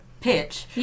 pitch